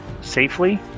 safely